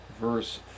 verse